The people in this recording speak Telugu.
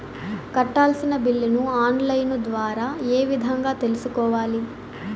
కట్టాల్సిన బిల్లులు ఆన్ లైను ద్వారా ఏ విధంగా తెలుసుకోవాలి?